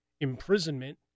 imprisonment